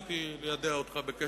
רציתי ליידע אותך,